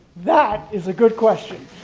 that is a good question.